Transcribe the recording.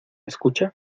escucha